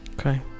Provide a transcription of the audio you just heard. Okay